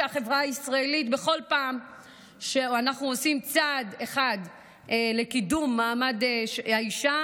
בכל פעם שאנחנו עושים צעד אחד לקידום מעמד האישה,